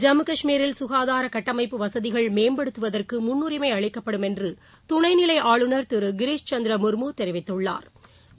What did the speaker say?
ஜம்மு கஷ்மீரில் ககாதார கட்டமைப்பு வசதிகள் மேம்படுத்துவதற்கு முன்னுரிமை அளிக்கப்படும் என்று துணை நிலை ஆளுநர் திரு கிரிஸ் சந்திர முர்மு தெரிவித்துள்ளாா்